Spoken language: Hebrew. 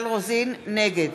נגד